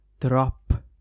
drop